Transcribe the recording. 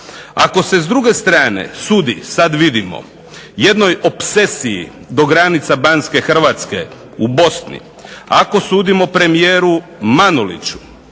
Ako se s druge strane sudi sada vidimo jednoj opsesiji do granica banske Hrvatske u Bosni, ako sudimo premijeru Manoliću